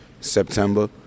September